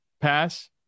pass